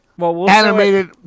animated